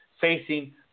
facing